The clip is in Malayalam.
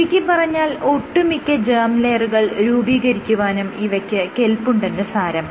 ചുരുക്കിപ്പറഞ്ഞാൽ ഒട്ടുമിക്ക ജേർമ് ലെയറുകൾ രൂപീകരിക്കുവാനും ഇവയ്ക്ക് കെല്പുണ്ടെന്ന് സാരം